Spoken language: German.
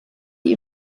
die